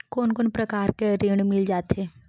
कोन कोन प्रकार के ऋण मिल जाथे?